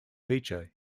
feature